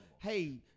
hey